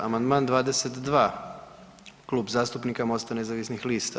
Amandman 22 Klub zastupnika Mosta nezavisnih lista.